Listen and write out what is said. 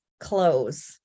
close